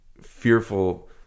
fearful